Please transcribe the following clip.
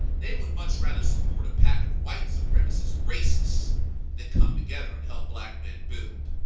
they would much rather support a pack of white supremacist racists than come together and help black men build.